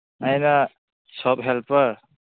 ꯑꯩꯅ shop helper